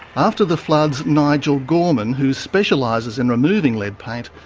after the floods nigel gorman, who specialises in removing lead paint,